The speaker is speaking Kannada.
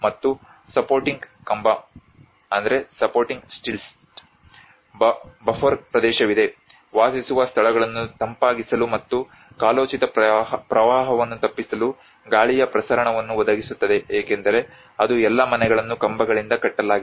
ಮತ್ತು ಸಪೋರ್ಟಿಂಗ್ ಕಂಭ ಬಫರ್ ಪ್ರದೇಶವಿದೆ ವಾಸಿಸುವ ಸ್ಥಳಗಳನ್ನು ತಂಪಾಗಿಸಲು ಮತ್ತು ಕಾಲೋಚಿತ ಪ್ರವಾಹವನ್ನು ತಪ್ಪಿಸಲು ಗಾಳಿಯ ಪ್ರಸರಣವನ್ನು ಒದಗಿಸುತ್ತದೆ ಏಕೆಂದರೆ ಅದು ಎಲ್ಲಾ ಮನೆಗಳನ್ನು ಕಂಭಗಳಿಂದ ಕಟ್ಟಲಾಗಿದೆ